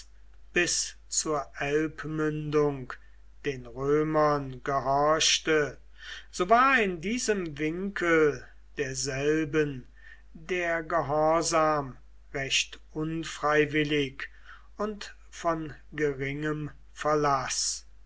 bis zur elbmündung den römern gehorchte so war in diesem winkel derselben der gehorsam recht unfreiwillig und von geringem verlaß